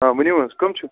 ؤنِو حظ کٕم چھو